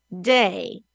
day